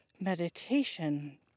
meditation